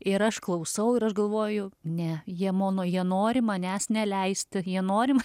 ir aš klausau ir aš galvoju ne jie mono jie nori manęs neleisti jie nori ma